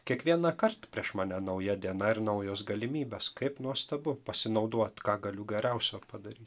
kiekvienąkart prieš mane nauja diena ir naujos galimybės kaip nuostabu pasinauduot ką galiu geriausio padary